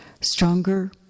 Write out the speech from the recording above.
stronger